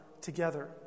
together